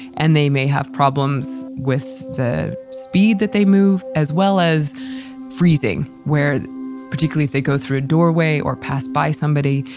and they may have problems with the speed that they move, as well as freezing where particularly if they go through a doorway or pass by somebody,